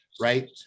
right